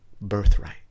birthright